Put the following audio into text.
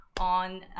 on